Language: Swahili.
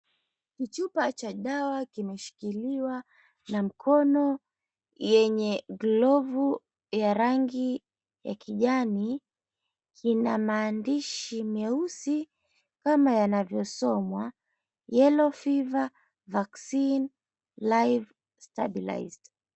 Kichupa cha dawa kimeshikiliwa na mkono yenye glovu ya rangi ya kijani. Kina maandishi meusi kama yanavyosomwa, Yellow Fever Vaccine Live Stabilized.